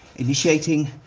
initiating,